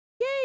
Yay